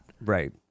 Right